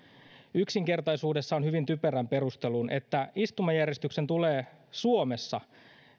yksinkertaisuudessaan hyvin typerän perustelun että istumajärjestyksen tulee suomessa